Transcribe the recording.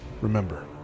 Remember